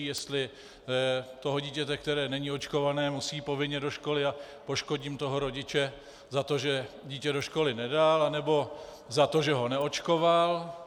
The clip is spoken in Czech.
Jestli toho dítěte, které není očkované a musí povinně do školy, a poškodím toho rodiče za to, že dítě do školy nedal, anebo za to, že ho neočkoval?